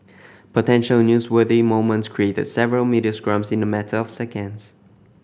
potential newsworthy moments created several media scrums in a matter of seconds